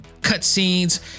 cutscenes